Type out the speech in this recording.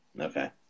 Okay